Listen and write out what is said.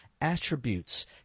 attributes